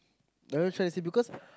know what I'm trying to say because